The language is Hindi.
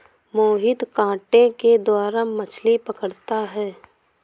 मोहित कांटे के द्वारा मछ्ली पकड़ता है